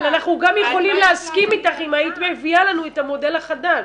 אבל אנחנו גם יכולים להסכים איתך אם היית מביאה לנו את המודל החדש.